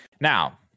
Now